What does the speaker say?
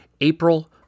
April